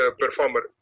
performer